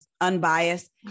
unbiased